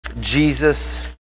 Jesus